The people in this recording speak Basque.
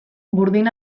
burdin